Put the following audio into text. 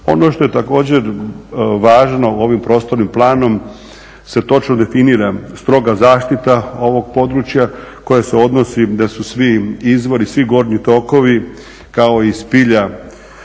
Ono što je također važno ovim prostornim planom se točno definira stroga zaštita ovog područja koje se odnosi da su svi izvori, svi gornji tokovi kao i spilja